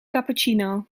cappuccino